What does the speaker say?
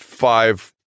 five